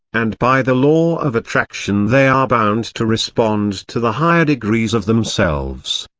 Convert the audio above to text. and by the law of attraction they are bound to respond to the higher degrees of themselves.